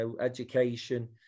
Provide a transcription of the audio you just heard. education